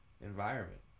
environment